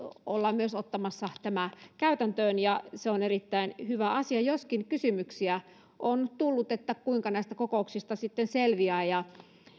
ollaan myös ottamassa tämä käytäntöön ja se on erittäin hyvä asia joskin kysymyksiä on tullut että kuinka näistä kokouksista sitten selviää